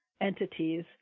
entities